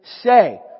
say